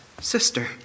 sister